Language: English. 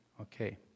Okay